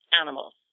animals